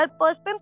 person